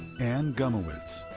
anne gumowitz.